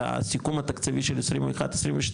אלא סיכום התקציבי של 21-22,